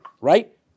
Right